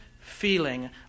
feeling